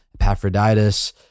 Epaphroditus